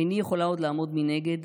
איני יכולה עוד לעמוד מנגד.